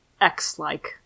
X-like